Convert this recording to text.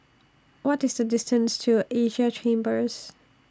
What IS The distance to Asia Chambers